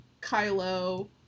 Kylo